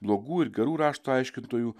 blogų ir gerų rašto aiškintojų